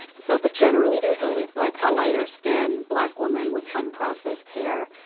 so, but generally there's always like a lighter skinned black woman with unprocessed hair.